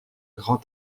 grand